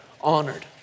honored